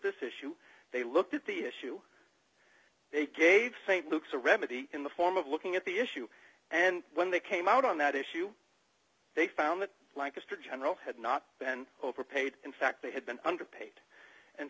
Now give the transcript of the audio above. this issue they looked at the issue they gave st lukes a remedy in the form of looking at the issue and when they came out on that issue they found that lancaster general had not been overpaid in fact they had been underpaid and